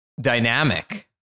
dynamic